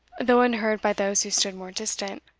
though unheard by those who stood more distant,